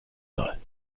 soll